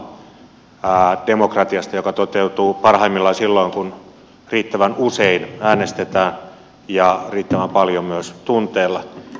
annetaan kuva demokratiasta joka toteutuu parhaiten silloin kun riittävän usein äänestetään ja riittävän paljon myös tunteella